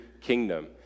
kingdom